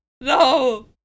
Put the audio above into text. No